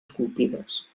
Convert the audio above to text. esculpides